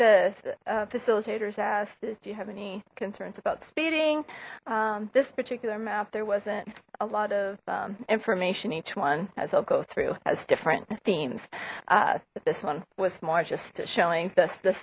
the facilitators asked is do you have any concerns about speeding this particular map there wasn't a lot of information each one as i'll go through as different themes this one was more gist showing this th